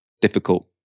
difficult